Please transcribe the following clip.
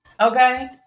Okay